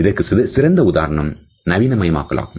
இதற்கு சிறந்த உதாரணம் நவீனமயமாக்கல் ஆகும்